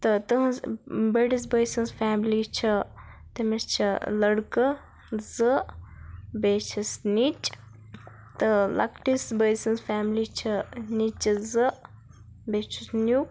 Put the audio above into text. تہٕ تٕہٕنٛز بٔڈِس بٲے سٕنٛز فیملی چھِ تٔمِس چھِ لٔڑکہٕ زٕ بیٚیہِ چھِس نِچ تہٕ لۅکٹِس بٲے سٕنٛز فیملی چھِ نِچہِ زٕ بیٚیہِ چھُس نیُک